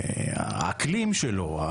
האקלים שלו,